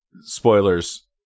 spoilers